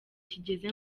kigeze